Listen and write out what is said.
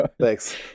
thanks